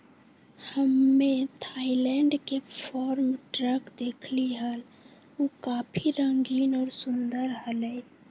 हम्मे थायलैंड के farm truck देखली हल, ऊ काफी रंगीन और सुंदर हलय